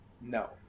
No